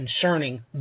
concerning